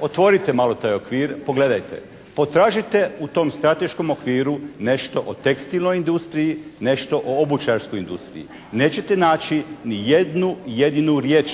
Otvorite malo taj okvir, pogledajte, potražite u tom strateškom okviru nešto o tekstilnoj industriji, nešto o obućarskoj industriji. Nećete naći ni jednu jedinu riječ